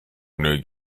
new